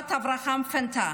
רב"ט אברהם פטנה,